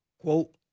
quote